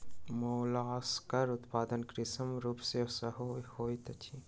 मोलास्कक उत्पादन कृत्रिम रूप सॅ सेहो होइत छै